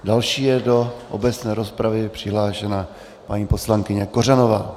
Další je do obecné rozpravy přihlášena paní poslankyně Kořanová.